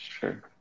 Sure